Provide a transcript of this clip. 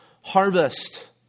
harvest